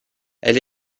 elle